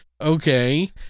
Okay